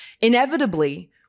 inevitably